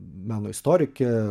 meno istorikė